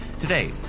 Today